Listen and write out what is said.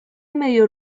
medio